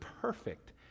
perfect